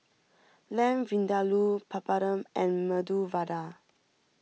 Lamb Vindaloo Papadum and Medu Vada